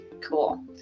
Cool